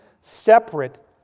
separate